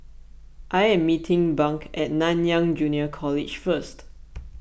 I am meeting Bunk at Nanyang Junior College First